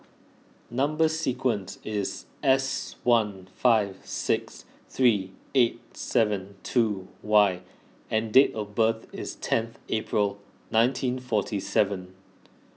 Number Sequence is S one five six three eight seven two Y and date of birth is tenth April nineteen forty seven